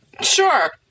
Sure